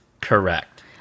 Correct